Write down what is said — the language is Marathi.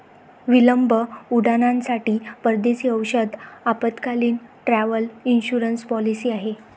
विलंब उड्डाणांसाठी परदेशी औषध आपत्कालीन, ट्रॅव्हल इन्शुरन्स पॉलिसी आहे